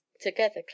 together